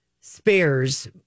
spares